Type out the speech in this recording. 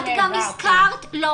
את גם הזכרת --- די,